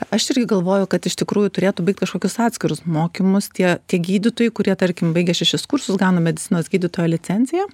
aš irgi galvoju kad iš tikrųjų turėtų baigt kažkokius atskirus mokymus tie tie gydytojai kurie tarkim baigė šešis kursus gauna medicinos gydytojo licenciją